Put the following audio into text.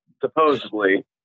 supposedly